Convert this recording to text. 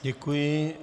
Děkuji.